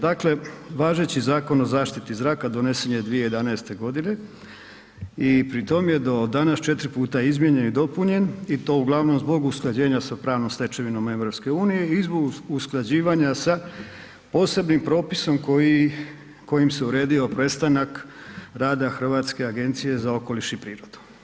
Dakle, važeći Zakon o zaštiti zraka donesen je 2011. godine i pri tom je do danas četiri puta izmijenjen i dopunjen i to uglavnom zbog usklađenja s pravnom stečevinom EU i zbog usklađivanja sa posebnim propisom kojim se uredio prestanak rada Hrvatske agencije za okoliš i prirodu.